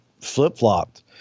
flip-flopped